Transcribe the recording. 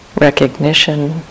recognition